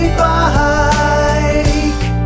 bike